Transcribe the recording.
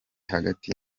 hagati